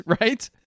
right